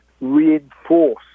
reinforce